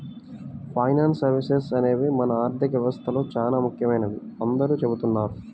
finance services అనేవి మన ఆర్థిక వ్యవస్థలో చానా ముఖ్యమైనవని అందరూ చెబుతున్నారు